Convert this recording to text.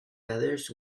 feathers